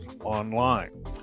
online